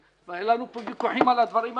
והיו לנו פה ויכוחים על הדברים האלה,